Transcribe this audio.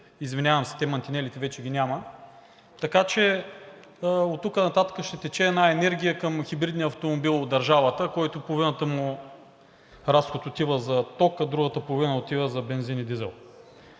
извинявам се, те, мантинелите, вече ги няма, така че оттук нататък ще тече една енергия към хибридния автомобил – държавата, който половината му разход отива за ток, а другата половина отива за бензин и дизел.